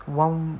one